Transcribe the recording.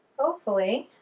hopefully